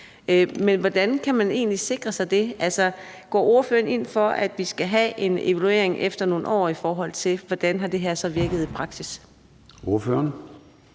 Men hvordan kan man egentlig sikre sig det? Altså, går ordføreren ind for, at vi skal have en evaluering efter nogle år af, hvordan det her så har virket i praksis? Kl.